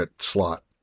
slot